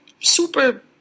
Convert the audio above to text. super